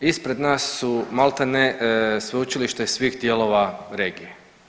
Ispred nas su maltene sveučilišta iz svih dijelova regije.